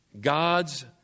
God's